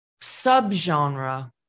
subgenre